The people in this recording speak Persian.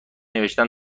نوشتن